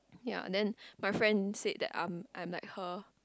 ya then my friend said that I'm I'm like her